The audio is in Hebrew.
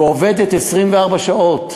ועובדת 24 שעות,